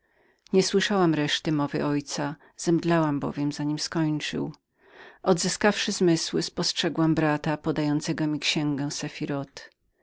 nie słyszałam reszty mowy mego ojca zemdlałam bowiem za nim skończył odzyskawszy zmysły spostrzegłam mego brata podającego mi księgę